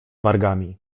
wargami